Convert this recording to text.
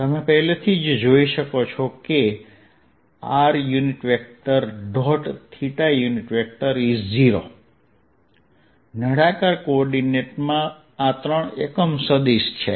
તમે પહેલેથી જ જોઈ શકો છો કે r0 નળાકાર કોઓર્ડિનેટ્સમાં આ ત્રણ એકમ સદિશ છે